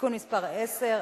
(תיקון מס' 10),